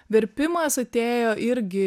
verpimas atėjo irgi